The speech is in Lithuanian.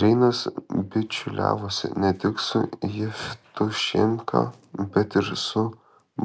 reinas bičiuliavosi ne tik su jevtušenka bet ir su